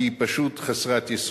כי היא פשוט חסרת יסוד.